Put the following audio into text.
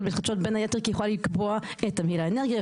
מתחדשות בין היתר כי היא יכולה לקבוע את תמהיל האנרגיה,